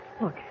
Look